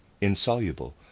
insoluble